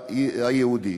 העם היהודי.